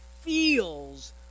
feels